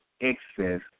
excess